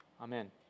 Amen